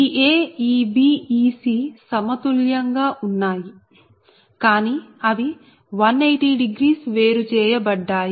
Ea Eb Ec సమతుల్యంగా ఉన్నాయి కానీ అవి 1800 వేరు చేయబడ్డాయి